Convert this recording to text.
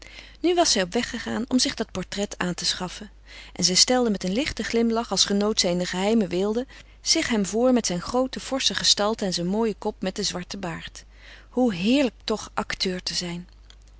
nu was zij op weg gegaan om zich dat portret aan te schaffen en zij stelde met een lichten glimlach als genoot zij in een geheime weelde zich hem voor met zijn groote forsche gestalte en zijn mooien kop met den zwarten baard hoe heerlijk toch acteur te zijn